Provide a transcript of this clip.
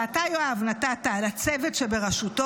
שאתה, יואב, נתת לצוות שבראשותו.